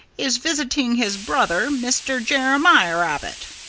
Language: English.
is visiting his brother, mr. jeremiah rabbit.